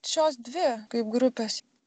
šios dvi kaip grupės